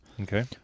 Okay